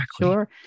Sure